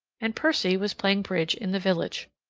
and percy was playing bridge in the village.